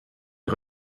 est